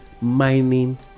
mining